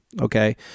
Okay